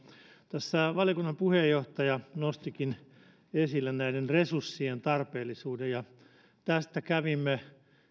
tässä valiokunnan puheenjohtaja nostikin esille näiden resurssien tarpeellisuuden ja tästä kävimme